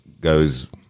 goes